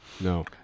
No